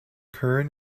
kern